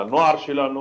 לנוער שלנו,